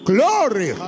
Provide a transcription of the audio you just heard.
Glory